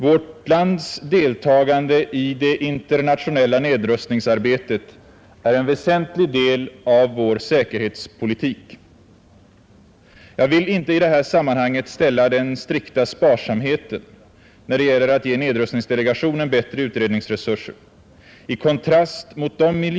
Vårt lands deltagande i det internationella nedrustningsarbetet är en väsentlig del av vår säkerhetspolitik. Jag vill inte i det här sammanhanget ställa den strikta sparsamheten — när det gäller att ge nedrustningsdelegationen bättre utredningsresurser — i kontrast mot de miljarder vi anslår till militära förberedelser. Men visst måste vi erkänna att våra prioriteringar på den här punkten kan ifrågasättas?